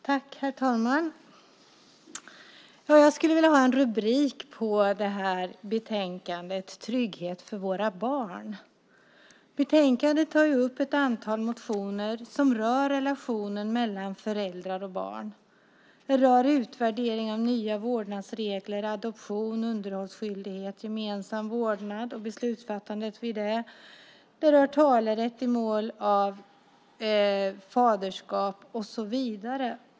Herr talman! Jag skulle vilja ha som rubrik på det här betänkandet Trygghet för våra barn. Betänkandet tar upp ett antal motioner som rör relationen mellan föräldrar och barn. Det rör utvärdering av nya vårdnadsregler, adoption, underhållsskyldighet, gemensam vårdnad och beslutsfattande i samband med det. Det rör talerätt i mål av faderskap och så vidare.